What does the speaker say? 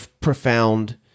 profound